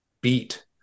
beat